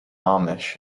amish